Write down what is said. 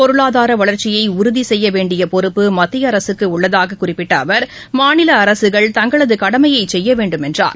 பொருளாதாரவளர்ச்சியைஉறுதிசெய்யவேண்டியபொறுப்பு மத்தியஅரசுக்குஉள்ளதாகக் குறிப்பிட்டஅவர் மாநிலஅரசுகள் தங்களதுகடமையைசெய்யவேண்டும் என்றார்